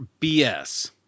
BS